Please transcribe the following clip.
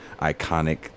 iconic